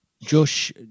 Josh